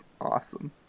Awesome